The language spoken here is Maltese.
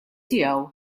tiegħu